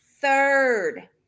third